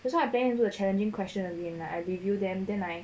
that's why I planning to do the challenging question again like I reveal them then I